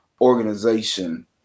organization